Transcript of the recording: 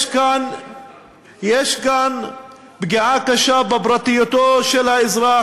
יש כאן פגיעה קשה בפרטיותו של האזרח,